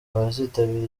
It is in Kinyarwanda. abazitabira